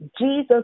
Jesus